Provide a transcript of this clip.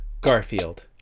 Garfield